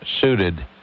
suited